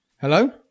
Hello